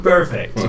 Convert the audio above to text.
Perfect